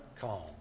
calm